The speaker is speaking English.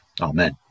Amen